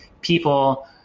people